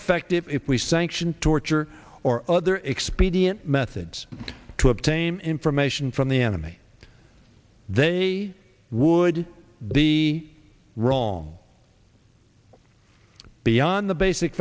effective if we sanctioned torture or other expedient methods to obtain information from the enemy they would the wrong beyond the basic